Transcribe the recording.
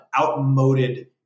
outmoded